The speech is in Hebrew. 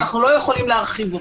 אנחנו לא יכולים להרחיב אותו.